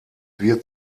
wird